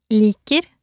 liker